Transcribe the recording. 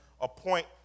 appoint